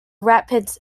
rapids